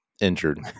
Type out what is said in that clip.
injured